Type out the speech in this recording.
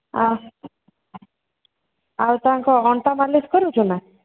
ଆଉ ଆଉ ତାଙ୍କ ଅଣ୍ଟା ମାଲିସ କରୁଛୁ ନା